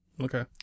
Okay